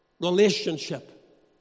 relationship